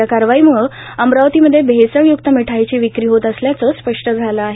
या कारवाईमुळे अमरावतीमध्ये भेसळय्क्त मिठाईची विक्री होत असल्याचं स्पष्ट झालं आहे